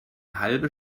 halbe